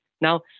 Now